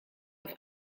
auf